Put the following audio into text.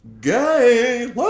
Gay